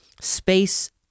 space